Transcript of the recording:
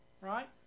right